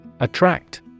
Attract